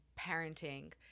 parenting